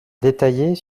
détaillées